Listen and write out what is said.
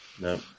No